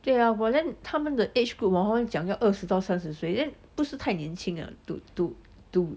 对啊 but then 他们的 age group hor 他们讲要二十到三十岁 then 不是太年轻 to to to